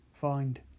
find